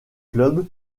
club